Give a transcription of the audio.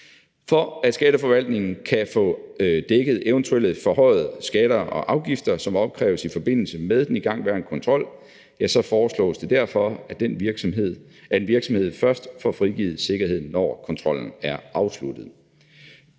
For at Skatteforvaltningen kan få dækket eventuelle forhøjede skatter og afgifter, som opkræves i forbindelse med den igangværende kontrol, så foreslås det derfor, at en virksomhed først får frigivet sikkerheden, når kontrollen er afsluttet.